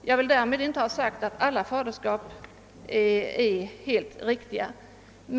Jag vill därmed inte säga att alla faderskap är helt riktiga.